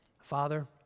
Father